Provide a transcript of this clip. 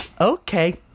Okay